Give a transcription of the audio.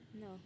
No